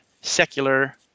secular